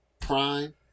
Prime